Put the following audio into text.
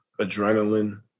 adrenaline